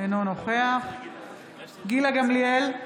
אינו נוכח גילה גמליאל,